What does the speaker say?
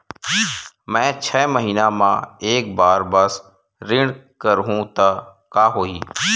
मैं छै महीना म एक बार बस ऋण करहु त का होही?